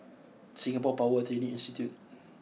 Singapore Power Training Institute